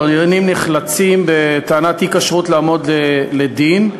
עבריינים נחלצים בטענת אי-כשרות לעמוד לדין,